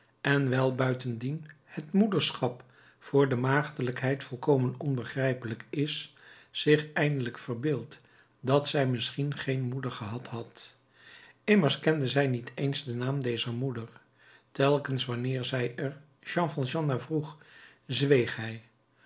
en wijl buitendien het moederschap voor de maagdelijkheid volkomen onbegrijpelijk is zich eindelijk verbeeld dat zij misschien geen moeder gehad had immers kende zij niet eens den naam dezer moeder telkens wanneer zij er jean valjean naar vroeg zweeg hij